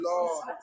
Lord